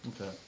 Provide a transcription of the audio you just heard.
okay